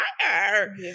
fire